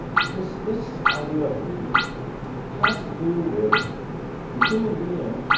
this this idea of li has to do with the human being